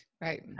Right